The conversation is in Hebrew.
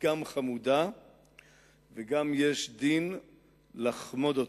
גם חמודה וגם יש דין לחמוד אותה,